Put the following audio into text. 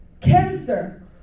cancer